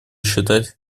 считать